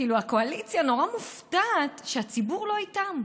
כאילו הקואליציה נורא מופתעת שהציבור לא איתם.